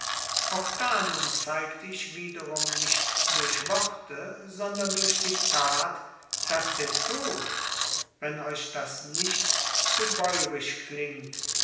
auch da nun zeigte ich wiederum nicht durch worte sondern durch die tat daß der tod wenn euch das nicht zu bäurisch klingt